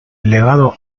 legado